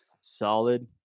solid